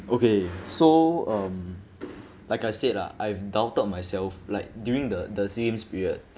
okay so um like I said lah I've doubted myself like during the the SEA games period